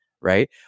Right